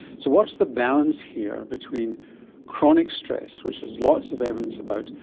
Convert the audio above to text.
so what's the balance here between chronic stress, which has lots of evidence about,